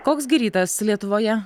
koks gi rytas lietuvoje